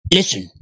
Listen